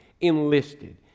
enlisted